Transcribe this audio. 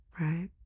Right